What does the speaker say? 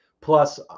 Plus